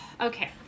Okay